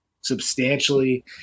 substantially